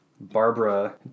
Barbara